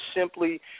simply